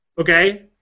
Okay